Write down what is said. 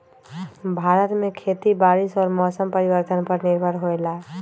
भारत में खेती बारिश और मौसम परिवर्तन पर निर्भर होयला